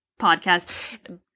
podcast